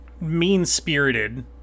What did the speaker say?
mean-spirited